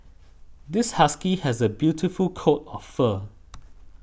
this husky has a beautiful coat of fur